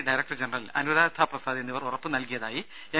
director general Anuradha Prasad എന്നിവർ ഉറപ്പു നൽകിയതായി എൻ